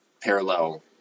parallel